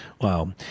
Wow